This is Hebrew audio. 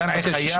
אנחנו נבקש.